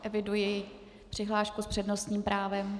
Eviduji přihlášku s přednostním právem.